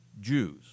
Jews